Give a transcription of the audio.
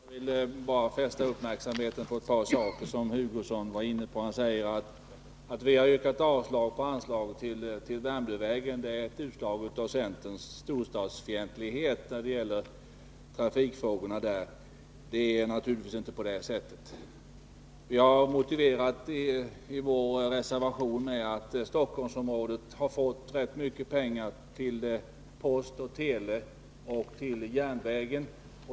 Fru talman! Jag vill bara fästa uppmärksamheten på ett par frågor som Kurt Hugosson var inne på. Kurt Hugosson sade att vårt avslagsyrkande när det gäller anslaget till Värmdövägen är ett utslag av centerns storstadsfientlighet i trafikfrågor. Det är naturligtvis inte på det sättet. Vi har i vår reservation motiverat detta med att Stockholmsområdet har fått rätt mycket pengar till post, tele och järnvägar.